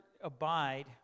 abide